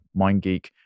MindGeek